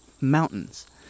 mountains